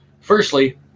Firstly